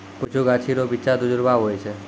कुछु गाछी रो बिच्चा दुजुड़वा हुवै छै